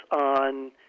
on